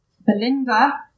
Belinda